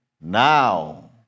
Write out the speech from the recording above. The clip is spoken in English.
Now